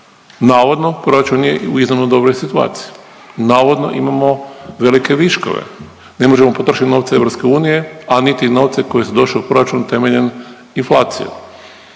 Navodno proračun je u izvanredno dobroj situaciji, navodno imamo velike viškove, ne možemo potrošiti novce EU a niti novce koji su došli u proračun temeljem inflacije.